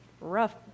rough